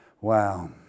wow